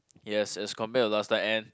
yes as compare to last time and